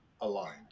aligned